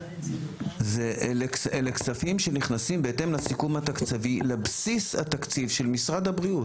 אלה כספים שנכנסים בהתאם לסיכום התקציבי לבסיס התקציב של משרד הבריאות.